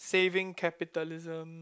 Saving Capitalism